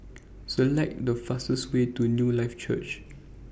Select The fastest Way to Newlife Church